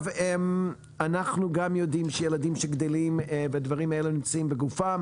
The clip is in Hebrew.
אנחנו גם יודעים שילדים שגדלים והחומרים האלה נמצאים בגופם